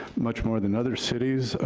much more than other cities.